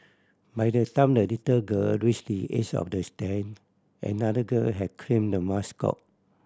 by the time the little girl reach the edge of the stand another girl had claimed the mascot